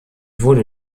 wurde